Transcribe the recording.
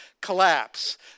collapse